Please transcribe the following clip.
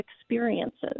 experiences